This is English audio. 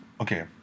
okay